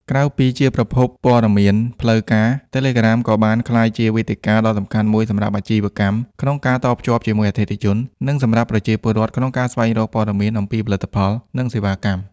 ក្រៅពីជាប្រភពព័ត៌មានផ្លូវការ Telegram ក៏បានក្លាយជាវេទិកាដ៏សំខាន់មួយសម្រាប់ អាជីវកម្ម ក្នុងការតភ្ជាប់ជាមួយអតិថិជន និងសម្រាប់ប្រជាពលរដ្ឋក្នុងការស្វែងរក ព័ត៌មានអំពីផលិតផល និងសេវាកម្ម។